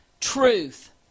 truth